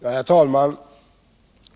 Herr talman!